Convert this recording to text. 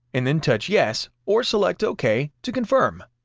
and then touch yes or select ok to confirm.